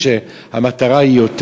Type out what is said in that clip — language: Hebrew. שהמטרה היא,